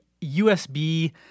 USB